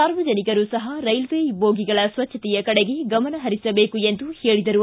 ಸಾರ್ವಜನಿಕರೂ ಸಹ ರೇಲ್ವೆ ಬೋಗಿಗಳ ಸ್ವಚ್ಛತೆಯ ಕಡೆಗೆ ಗಮನ ಹರಿಸಬೇಕು ಎಂದು ಹೇಳಿದರು